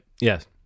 yes